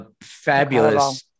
fabulous